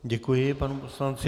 Děkuji panu poslanci.